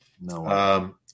no